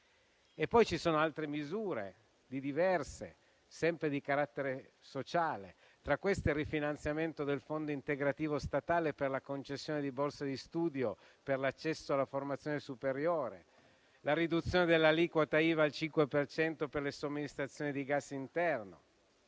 Vi sono poi altre misure diverse, sempre di carattere sociale: tra queste il rifinanziamento del fondo integrativo statale per la concessione di borse di studio per l'accesso alla formazione superiore, la riduzione dell'aliquota IVA al 5 per cento per le somministrazioni di gas interno.